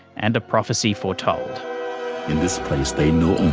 and a prophecy foretold, in this place they know